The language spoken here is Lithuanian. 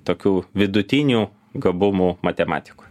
tokių vidutinių gabumų matematikoj